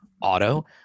auto